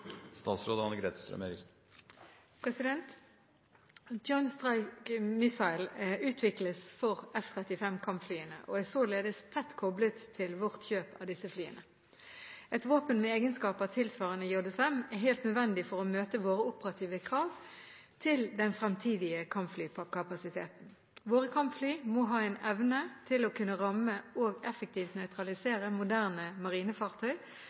er således tett koblet til vårt kjøp av disse flyene. Et våpen med egenskaper tilsvarende JSM er helt nødvendig for å møte våre operative krav til den fremtidige kampflykapasiteten. Våre kampfly må ha en evne til å kunne ramme og effektivt nøytralisere moderne marinefartøy